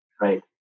right